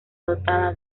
dotada